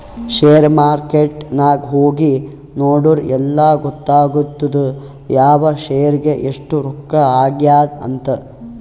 share market ನಾಗ್ ಹೋಗಿ ನೋಡುರ್ ಎಲ್ಲಾ ಗೊತ್ತಾತ್ತುದ್ ಯಾವ್ ಶೇರ್ಗ್ ಎಸ್ಟ್ ರೊಕ್ಕಾ ಆಗ್ಯಾದ್ ಅಂತ್